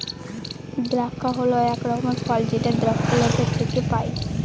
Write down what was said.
দ্রাক্ষা হল এক রকমের ফল যেটা দ্রক্ষলতা থেকে পায়